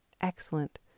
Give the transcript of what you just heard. Excellent